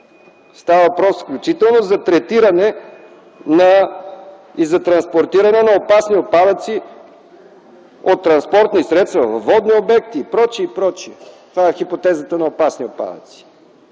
много неща, включително за третиране и за транспортиране на опасни отпадъци от транспортни средства във водни обекти и пр., и пр. Това е хипотезата на опасни отпадъци.